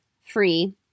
free